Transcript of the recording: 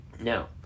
Now